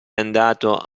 andato